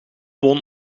won